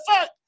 fuck